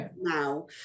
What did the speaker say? now